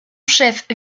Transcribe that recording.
chef